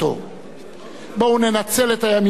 בואו ננצל את הימים האלה בלוח השנה,